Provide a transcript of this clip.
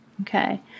Okay